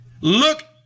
Look